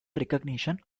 recognition